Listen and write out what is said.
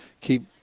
keep